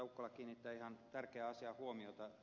ukkola kiinnittää ihan tärkeään asiaan huomiota